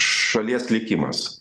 šalies likimas